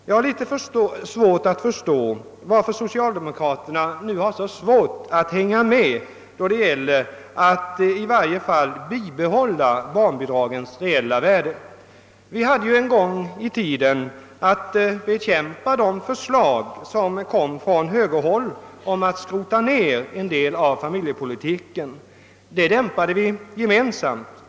Jag har litet svårt att förstå varför socialdemokraterna inte lyckas hänga med när det gäller att i varje fall bibehålla barnbidragens reella värde. Vi hade ju en gång i tiden att bekämpa det förslag som kom från högerhåll om att skrota ner en del av familjepolitiken. Det bekämpade vi gemensamt.